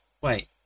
Wait